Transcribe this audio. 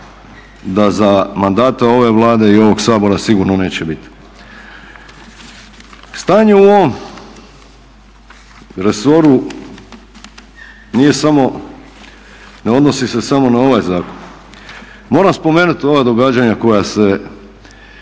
da za mandata ove Vlade i ovog Sabor sigurno neće biti. Stanje u ovom resoru nije samo, ne odnosi se samo na ovaj zakon. Moram spomenuti ova događanja koja se ovih dana